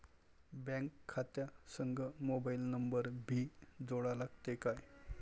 Bank खात्या संग mobile number भी जोडा लागते काय?